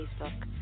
Facebook